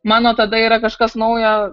mano tada yra kažkas naujo